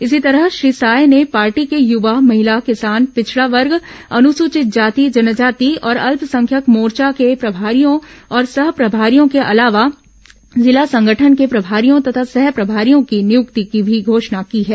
इसी तरह श्री साय ने पार्टी के यवा महिला किसान पिछडा वर्ग अन्सचित जाति जनजाति और अल्पसंख्यक मोर्चा के प्रभारियों और सह प्रभारियों के अलावा जिला संगठन के प्रभारियों तथा सह प्रभारियों की नियुक्ति की भी घोषणा की है